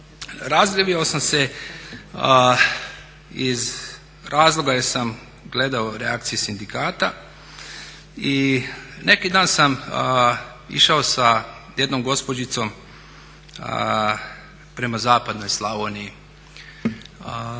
Javio sam se iz razloga jer sam gledao reakcije sindikata i neki dan sam išao sa jednom gospođicom prema zapadnoj Slavoniji